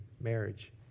marriage